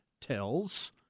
Tells